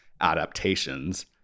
adaptations